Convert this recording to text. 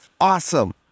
awesome